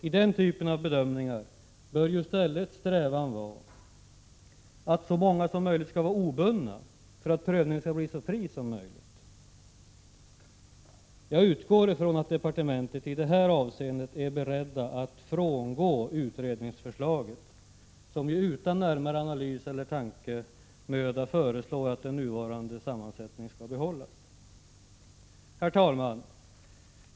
I den typen av bedömningar bör ju i stället strävan vara att så många som möjligt skall vara obundna för att prövningen skall bli så fri som möjligt. Jag utgår från att man i departementet i detta avseende är beredd att frångå utredningsförslaget, som ju utan närmare analys eller tankemöda innebär att nuvarande sammansättning behålls. Herr talman!